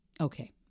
Okay